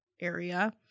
area